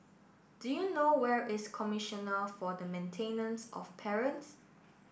do you know where is Commissioner for the Maintenance of Parents